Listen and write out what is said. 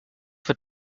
wird